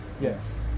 Yes